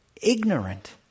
Ignorant